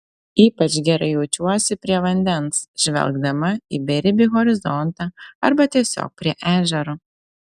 ypač gerai jaučiuosi prie vandens žvelgdama į beribį horizontą arba tiesiog prie ežero